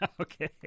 Okay